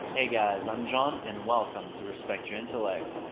hey guys! i'm jon and welcome, to respect your intellect!